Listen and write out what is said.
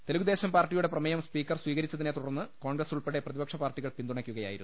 തെലുഗുദേശം പാർട്ടിയുടെ പ്രമേയം സ്പീക്കർ സ്ഥീകരിച്ചതിനെതുടർന്ന് കോൺഗ്രസ് ഉൾപ്പെടെ പ്രതിപക്ഷ പാർട്ടികൾ പിന്തുണയ്ക്കു കയായിരുന്നു